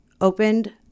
opened